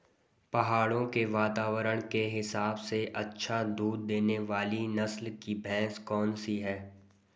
पहाड़ों के वातावरण के हिसाब से अच्छा दूध देने वाली नस्ल की भैंस कौन सी हैं?